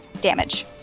damage